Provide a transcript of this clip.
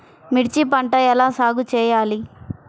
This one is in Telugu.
మిర్చి పంట ఎలా సాగు చేయాలి?